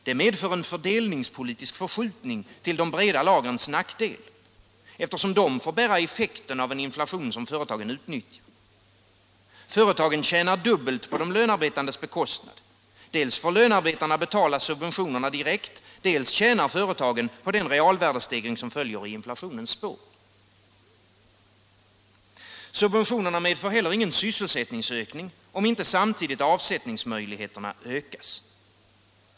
Det medför en fördelningspolitisk förskjutning till de breda lagrens nackdel, eftersom de får bära effekten av en inflation som företagen utnyttjar. Företagen tjänar dubbelt på de lönearbetandes bekostnad: dels får lönearbetarna betala subventionerna direkt, dels tjänar företagen på den realvärdestegring som följer i inflationens spår. Subventionerna medför heller ingen ökad sysselsättning, om inte samtidigt avsättningsmöjligheterna ökas.